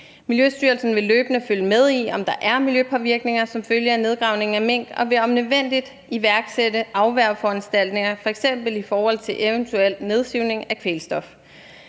Miljøstyrelsen vil løbende følge med i, om der er miljøpåvirkninger som følge af nedgravningen af mink og vil om nødvendigt iværksætte afværgeforanstaltninger, f.eks. i forhold til eventuel nedsivning af kvælstof.